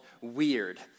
Weird